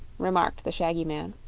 remarked the shaggy man.